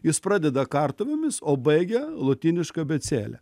jis pradeda kartuvėmis o baigia lotyniška abėcėle